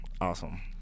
Awesome